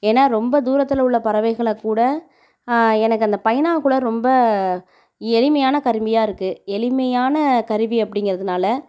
ஏன்னால் ரொம்ப தூரத்தில் உள்ள பறவைகளை கூட எனக்கு அந்த பைனாகுலர் ரொம்ப எளிமையான கருவியாக இருக்குது எளிமையான கருவி அப்படிங்கறதுனால